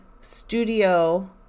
studio